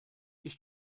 ich